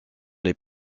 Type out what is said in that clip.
les